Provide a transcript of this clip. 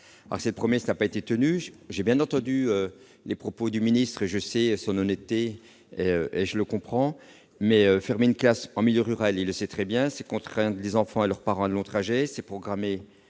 rural. Cette promesse n'a pas été tenue. J'ai bien entendu les propos du ministre, et je connais son honnêteté. Mais fermer une classe en milieu rural- il le sait très bien -, c'est contraindre les enfants et leurs parents à de longs trajets ; c'est programmer